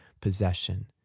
possession